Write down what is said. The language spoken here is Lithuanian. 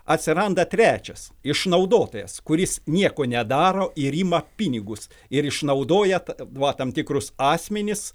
atsiranda trečias išnaudotojas kuris nieko nedaro ir ima pinigus ir išnaudoja tą va tam tikrus asmenis